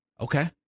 okay